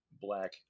black